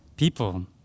People